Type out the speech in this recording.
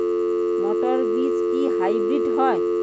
মটর বীজ কি হাইব্রিড হয়?